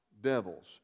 devils